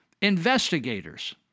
investigators